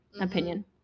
opinion